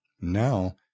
Now